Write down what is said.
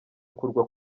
akurwa